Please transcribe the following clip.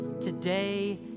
today